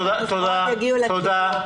תודה.